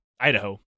Idaho